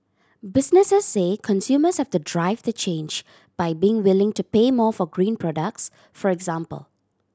businesses say consumers have the drive to change by being willing to pay more for green products for example